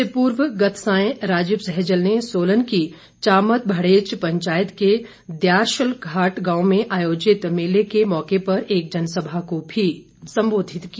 इससे पूर्व गत सांय राजीव सैजल ने सोलन की चामत मड़ेच पंचायत के दयारशघाट गांव में आयोजित मेले के मौके पर एक जनसभा को भी संबोधित किया